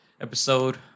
Episode